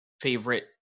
favorite